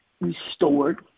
restored